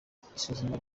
isuzuma